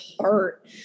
heart